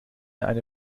eine